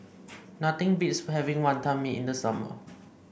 nothing beats having Wantan Mee in the summer